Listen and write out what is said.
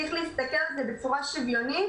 צריך להסתכל על זה בצורה שוויונית.